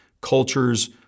cultures